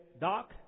Doc